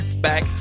back